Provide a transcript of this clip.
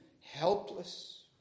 helpless